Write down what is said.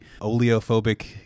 oleophobic